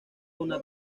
una